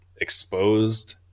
exposed